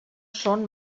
són